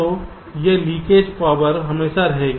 तो यह leakage power हमेशा रहेगी